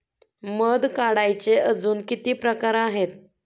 मध काढायचे अजून किती प्रकार आहेत?